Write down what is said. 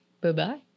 bye-bye